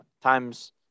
times